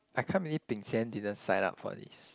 I can't believe Bing-Xian didn't sign up for this